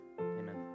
Amen